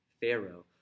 Pharaoh